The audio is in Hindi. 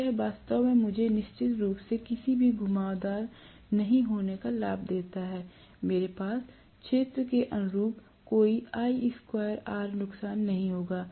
तो यह वास्तव में मुझे निश्चित रूप से किसी भी घुमावदार नहीं होने का लाभ देता है मेरे पास क्षेत्र के अनुरूप कोई I2R नुकसान नहीं होगा